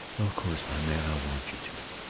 of course, my man! i want you to.